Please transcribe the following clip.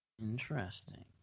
Interesting